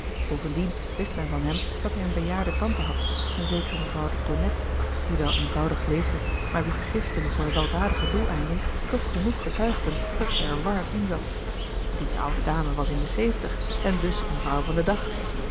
bovendien wist men van hem dat hij eene bejaarde tante had eene zekere mevrouw de tonnette die wel eenvoudig leefde maar wier giften voor weldadige doeleinden toch genoeg getuigden dat zij er warm in zat die oude dame was in de zeventig en dus eene vrouw van den dag